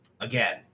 again